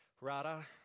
rada